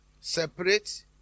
separate